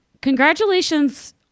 congratulations